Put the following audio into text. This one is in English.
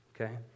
Okay